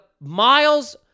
miles